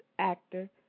actor